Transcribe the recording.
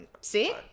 See